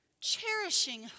cherishing